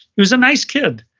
he was a nice kid,